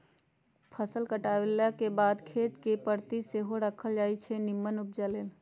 फसल काटलाके बाद खेत कें परति सेहो राखल जाई छै निम्मन उपजा लेल